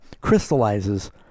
crystallizes